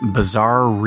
bizarre